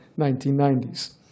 1990s